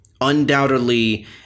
undoubtedly